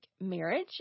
marriage